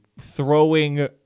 throwing